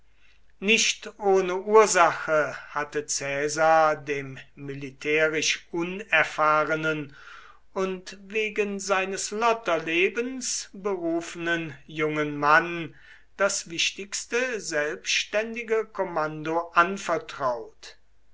nicht ohne ursache hatte caesar dem militärisch unerfahrenen und wegen seines lotterlebens berufenen jungen mann das wichtigste selbständige kommando anvertraut